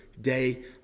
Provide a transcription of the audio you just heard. day